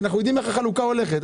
כי אנחנו יודעים איך החלוקה הולכת.